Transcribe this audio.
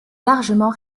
largement